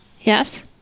Yes